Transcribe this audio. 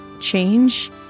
change